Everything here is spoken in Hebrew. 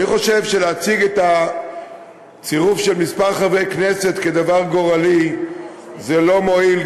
אני חושב שלהציג את הצירוף של כמה חברי כנסת כדבר גורלי זה לא מועיל,